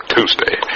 Tuesday